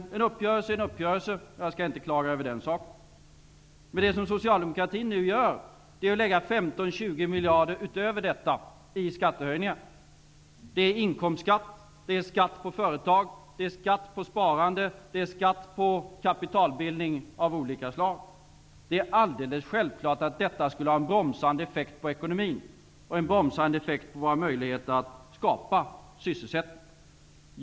En uppgörelse är en uppgörelse, och jag skall inte klaga över den saken. Det Socialdemokraterna nu gör är att lägga fram förslag om 15-20 miljarder kronor utöver detta i skattehöjningar. Det gäller inkomstskatt, skatt på företag, skatt på sparande och skatt på kapitalbildning av olika slag. Det är alldeles självklart att detta skulle ha en bromsande effekt på ekonomin och på våra möjligheter att skapa sysselsättning.